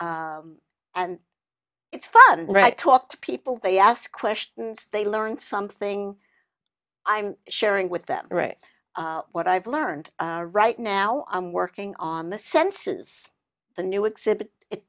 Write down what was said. and it's fun right talk to people they ask questions they learn something i'm sharing with them right what i've learned right now i'm working on the census the new exhibit it